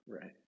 Right